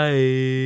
Bye